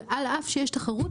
שעל אף שיש תחרות,